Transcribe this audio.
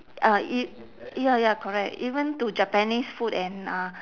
uh it ya ya correct even to japanese food and uh